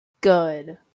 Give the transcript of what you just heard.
Good